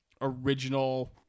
original